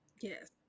Yes